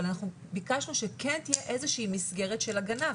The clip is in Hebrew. אבל ביקשנו שכן תהיה איזה שהיא מסגרת של הגנה.